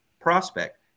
prospect